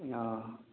हाँ